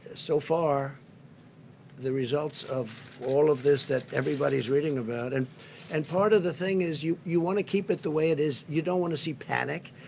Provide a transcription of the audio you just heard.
so far the results of all of this that everybody is reading about and and part of the thing is, you you want to keep it the way it is. you don't want to see panic,